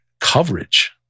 Coverage